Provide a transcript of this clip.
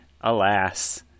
alas